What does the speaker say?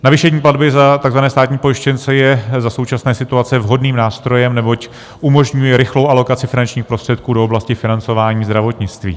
Navýšení platby za takzvané státní pojištěnce je za současné situace vhodným nástrojem, neboť umožňuje rychlou alokaci finančních prostředků do oblasti financování zdravotnictví.